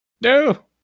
No